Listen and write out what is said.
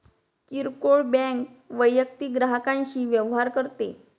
किरकोळ बँक वैयक्तिक ग्राहकांशी व्यवहार करते